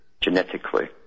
genetically